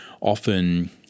often